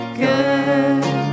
good